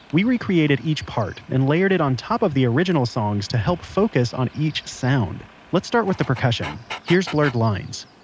we recreated each part and layered it on top of the original songs to help focus on each sound let's start with the percussion. here's blurred lines